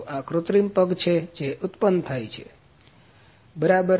તો આ કૃત્રિમ પગ છે જે ઉત્પન્ન થાય છે બરાબર